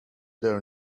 their